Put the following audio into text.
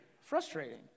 frustrating